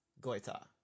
Goita